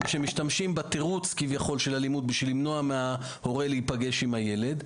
שמשתמשים בתירוץ של אלימות בשביל למנוע מההורה להיפגש עם הילד,